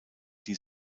die